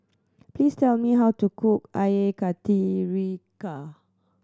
please tell me how to cook Air Karthira